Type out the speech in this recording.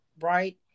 right